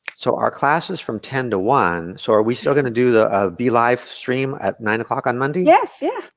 so our class is from ten to one, so are we still gonna do the blive stream at nine o'clock on monday? yes, yeah.